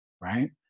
Right